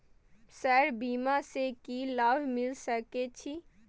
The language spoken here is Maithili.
सर बीमा से की लाभ मिल सके छी?